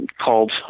called